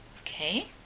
Okay